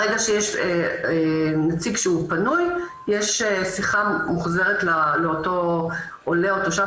ברגע שיש נציג שהוא פנוי יש שיחה מוחזרת לאותו עולה או תושב